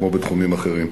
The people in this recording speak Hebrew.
כמו בתחומים אחרים.